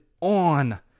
on